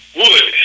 wood